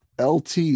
LT